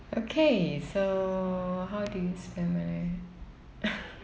okay so how do you spend money